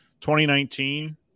2019